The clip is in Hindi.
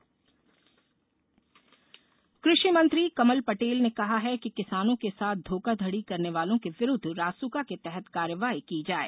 धोखाधड़ी रासुका कृषिमंत्री कमल पटेल ने कहा है कि किसानों के साथ धोखाधड़ी करने वालों के विरूद्व रासुका के तहत कार्यवाही की जाये